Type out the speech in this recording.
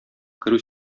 керү